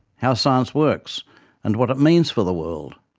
how science works and what it means for the world.